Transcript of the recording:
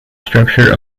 structure